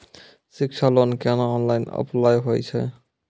शिक्षा लोन केना online apply होय छै?